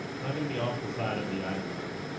not gonna be off the side of the item room